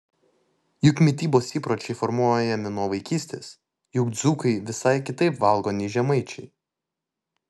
juk mitybos įpročiai formuojami nuo vaikystės juk dzūkai visai kitaip valgo nei žemaičiai